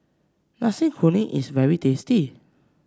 Nasi Kuning is very tasty